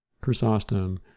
Chrysostom